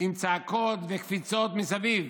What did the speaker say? עם צעקות וקפיצות מסביב,